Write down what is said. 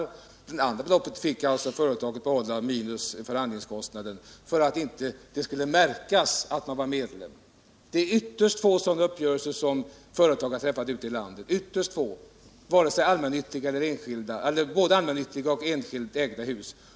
I fråga om dem som inte är medlemmar får bostadsföretaget behålla beloppet minus förhandlingskostnaden — detta för att det inte på hyran skall märkas vem som är medlem. Det är ytterst få sådana uppgörelser som företag har träffat ute i landet: det gäller både allmännyttiga företag och enskilt ägda hus.